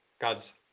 God's